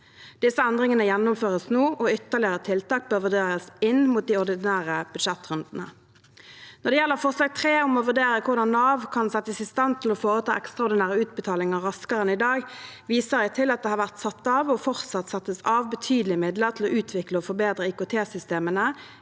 Disse endringene gjennomføres nå, og ytterligere tiltak bør vurderes inn mot de ordinære budsjettrundene. Når det gjelder det tredje forslaget, om å vurdere hvordan Nav kan settes i stand til å foreta ekstraordinære utbetalinger raskere enn i dag, viser jeg til at det har vært satt av og fortsatt settes av betydelige midler til å utvikle og forbedre IKT-systemene